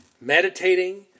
meditating